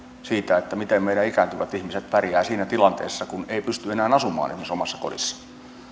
siitä miten meidän ikääntyvät ihmiset pärjäävät siinä tilanteessa kun ei pysty enää asumaan esimerkiksi omassa kodissa